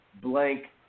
blank